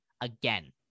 again